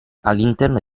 all’interno